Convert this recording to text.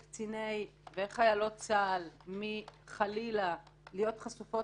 חיילות וקציני צה"ל מ-חלילה להיות חשופות